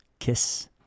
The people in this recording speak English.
kiss